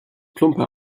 plumpe